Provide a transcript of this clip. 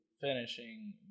finishing